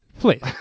Please